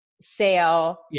sale